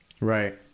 right